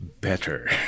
better